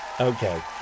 Okay